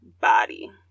body